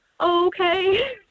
okay